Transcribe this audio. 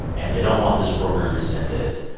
and they don't want this program rescinded.